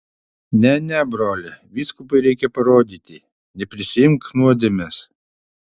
ne ne broli vyskupui reikia parodyti neprisiimk nuodėmės